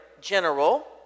general